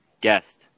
guest